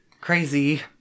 Crazy